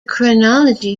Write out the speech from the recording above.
chronology